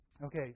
Okay